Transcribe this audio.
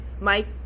mike